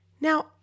Now